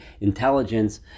intelligence